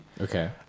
Okay